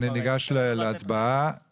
ניגש להצבעה.